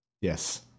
Yes